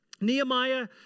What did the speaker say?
Nehemiah